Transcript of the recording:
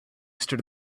stood